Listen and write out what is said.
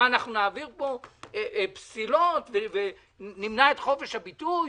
מה, נעביר פה פסילות ונמנע את חופש הביטוי?